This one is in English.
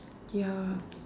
ya